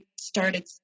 started